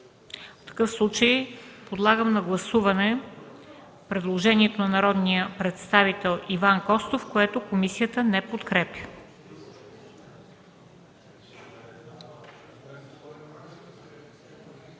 Няма. Подлагам на гласуване предложението на народния представител Иван Костов, което комисията не подкрепя.